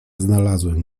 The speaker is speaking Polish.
znalazłem